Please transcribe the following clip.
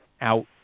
out